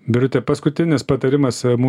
birute paskutinis patarimas mūsų